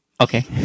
Okay